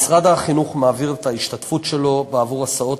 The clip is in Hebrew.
משרד החינוך מעביר את ההשתתפות שלו בעבור הסעות